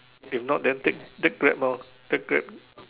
if not then take take Grab lor take Grab